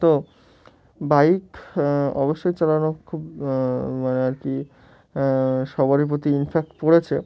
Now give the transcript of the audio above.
তো বাইক অবশ্যই চালানো খুব মানে আর কি সবারই প্রতি ইনফ্যাক্ট পড়েছে